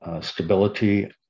stability